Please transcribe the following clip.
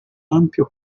ampio